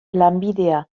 lanbidea